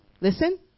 listen